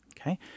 okay